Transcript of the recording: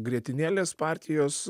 grietinėlės partijos